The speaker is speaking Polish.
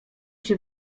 się